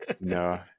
No